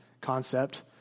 concept